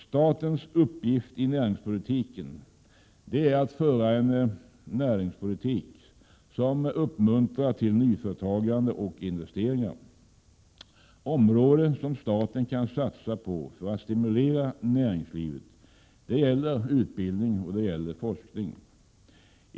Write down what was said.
Statens uppgift i näringspolitiken är att föra en politik som uppmuntrar till nyföretagande och investeringar. Utbildning och forskning är områden som staten kan satsa på för att stimulera näringslivet.